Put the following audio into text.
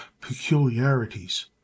peculiarities